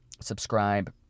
subscribe